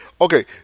okay